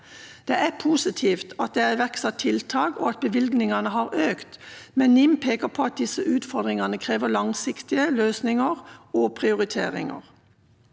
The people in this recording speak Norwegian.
Det er positivt at det er iverksatt tiltak, og at bevilgningene har økt, men NIM peker på at disse utfordringene krever langsiktige løsninger og prioriteringer.